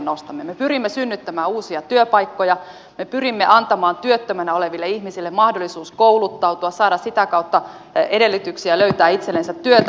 me pyrimme synnyttämään uusia työpaikkoja me pyrimme antamaan työttömänä oleville ihmisille mahdollisuuden kouluttautua saada sitä kautta edellytyksiä löytää itsellensä työtä